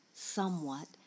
somewhat